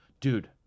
dude